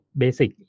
basic